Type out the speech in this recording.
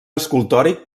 escultòric